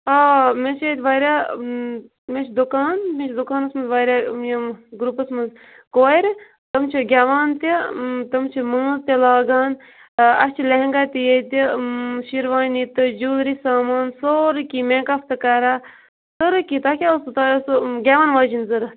آ مےٚ چھِ ییٚتہِ واریاہ مےٚ چھُ دُکان مےٚ چھُ دُکانَس مَنٛز واریاہ یم گرٛوٗپَس مَنٛز کورِ تِم چھِ گٮ۪وان تہِ تِم چھِ مٲنٛز تہِ لاگان اَسہِ چھِ لہنگا تہِ ییٚتہِ شیروانی تہٕ جیوٗلٔری سامان سورُے کیٚنٛہہ میک اَپ تہِ کَران سٲری کیٚنٛہہ تۄہہِ کیٛاہ اَوسوٕ تۄہہِ اَوسوٕ گٮ۪وَن واجیٚنۍ ضروٗرت